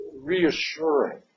reassuring